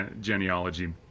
genealogy